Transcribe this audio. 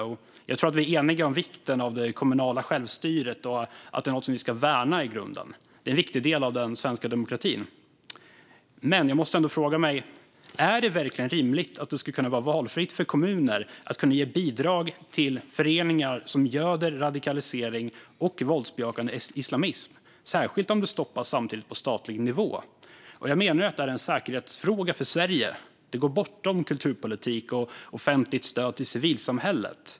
Och jag tror att vi är eniga om vikten av det kommunala självstyret och att det är något som vi ska värna i grunden. Det är en viktig del av den svenska demokratin. Men jag måste ändå fråga: Är det verkligen rimligt att det ska kunna vara valfritt för kommuner att ge bidrag till föreningar som göder radikalisering och våldsbejakande islamism, särskilt om det samtidigt stoppas på statlig nivå? Jag menar att det är en säkerhetsfråga för Sverige som går bortom kulturpolitik och offentligt stöd till civilsamhället.